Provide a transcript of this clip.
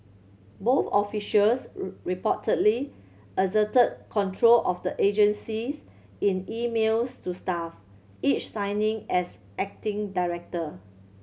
both officials reportedly asserted control of the agencies in emails to staff each signing as acting director